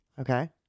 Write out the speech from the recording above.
Okay